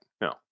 No